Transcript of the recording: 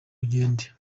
kugenda